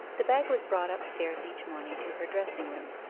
the bag was brought upstairs each morning to her dressing-room,